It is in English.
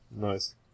Nice